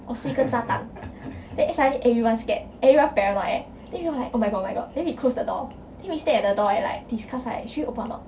or 是一个炸弹 then suddenly everyone scared everyone paranoid eh then we were like oh my god my god then we closed the door then we stayed at the door and like discuss like should we open or not